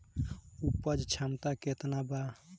उपज क्षमता केतना वा?